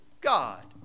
God